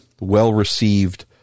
well-received